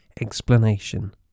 explanation